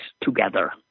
together